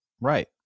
Right